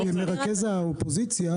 כמרכז האופוזיציה,